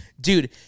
Dude